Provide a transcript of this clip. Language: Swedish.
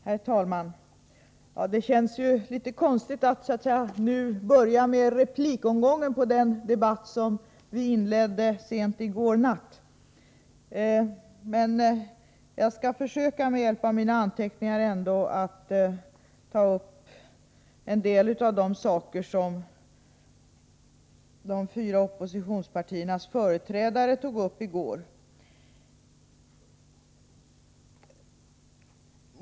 Herr talman! Det känns litet konstigt att nu börja med replikomgången på den debatt som inleddes sent i går natt, men jag skall försöka att med hjälp av mina anteckningar ta upp en del av de saker som de fyra oppositionspartiernas företrädare gick in på i går.